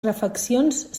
refeccions